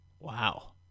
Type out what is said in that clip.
Wow